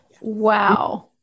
Wow